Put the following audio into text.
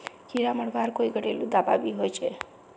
कीड़ा मरवार कोई घरेलू दाबा भी होचए?